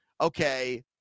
okay